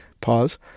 pause